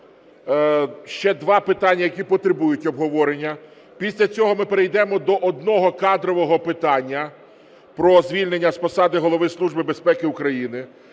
ще два питання, які потребують обговорення. Після цього ми перейдемо до одного кадрового питання – про звільнення з посади Голови Служби безпеки України.